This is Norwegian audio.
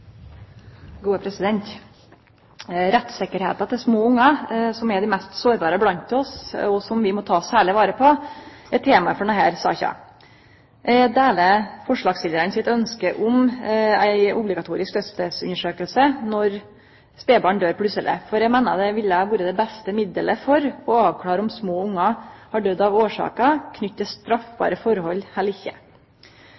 til små ungar, som er dei mest sårbare blant oss, og som vi må ta særleg vare på, er temaet for denne saka. Eg deler forslagstillaranes ønske om ei obligatorisk dødsstadsundersøking når spedbarn døyr plutseleg. Eg meiner det vil vere det beste middelet for å avklare om små ungar har døydd av årsaker knytte til